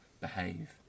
behave